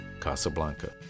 Casablanca